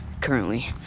currently